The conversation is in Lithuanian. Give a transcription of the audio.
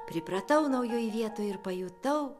pripratau naujoj vietoj ir pajutau